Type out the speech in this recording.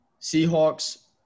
Seahawks